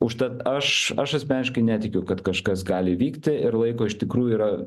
užtat aš aš asmeniškai netikiu kad kažkas gali įvykti ir laiko iš tikrųjų yra